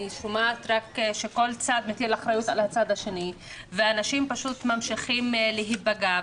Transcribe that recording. שומעת שכל צד מטיל אחריות על הצד השני ואנשים ממשיכים להיפגע.